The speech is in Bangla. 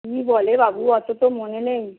কী বলে বাবু অত তো মনে নেই